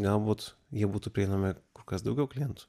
galbūt jie būtų prieinami kur kas daugiau klientų